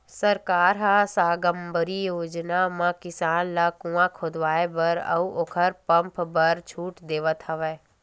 सरकार ह साकम्बरी योजना म किसान ल कुँआ खोदवाए बर अउ ओखर पंप बर छूट देवथ हवय